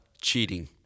Cheating